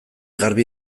garbi